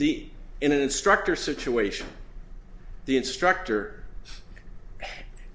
an instructor situation the instructor